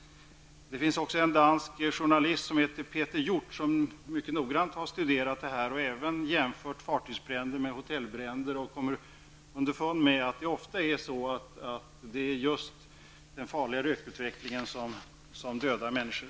Det finns en dansk journalist som heter Peter Hjort som mycket noggrant har studerat det här och även jämfört fartygsbränder med hotellbränder och kommit underfund med att det är just den farliga rökutvecklingen som dödar människor.